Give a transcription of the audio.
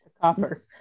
copper